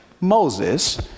Moses